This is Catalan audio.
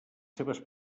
seves